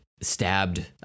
stabbed